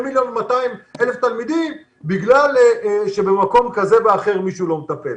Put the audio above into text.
2,200,000 תלמידים בגלל שבמקום כזה ואחר מישהו לא מטפל.